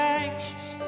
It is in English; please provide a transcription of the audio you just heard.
anxious